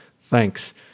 thanks